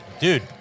dude